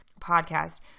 podcast